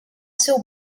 seu